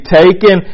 taken